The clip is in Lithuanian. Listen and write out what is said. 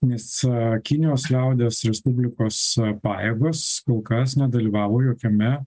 nes kinijos liaudies respublikos pajėgos kol kas nedalyvavo jokiame